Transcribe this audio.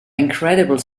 incredible